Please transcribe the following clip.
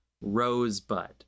rosebud